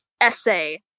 essay